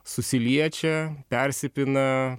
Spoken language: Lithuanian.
susiliečia persipina